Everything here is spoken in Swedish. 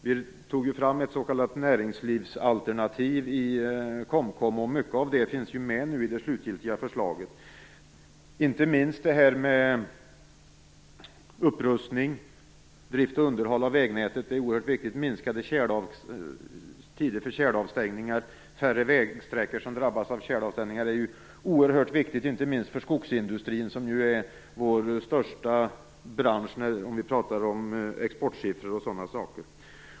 Vi tog ju fram ett s.k. näringslivsalternativ i KOMKOM. Mycket av det finns ju med i det slutgiltiga förslaget. Där finns inte minst upprustning, drift och underhåll av vägnätet - det är oerhört viktigt - och kortare tider för tjäleavstängningar. Att färre vägsträckor drabbas av tjäleavstängningar är ju oerhört viktigt inte minst för skogsindustrin som är vår största bransch när vi pratar om exportsiffror.